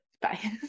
bye